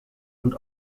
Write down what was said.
und